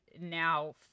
now